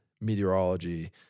meteorology